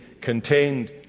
contained